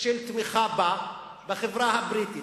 של התמיכה בה בחברה הבריטית.